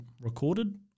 recorded